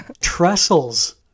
trestles